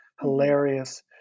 hilarious